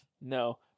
No